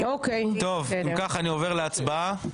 אני עובר להצבעה.